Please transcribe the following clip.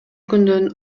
күндөн